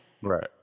Right